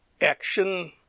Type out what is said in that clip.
action